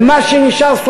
ומה שנשאר,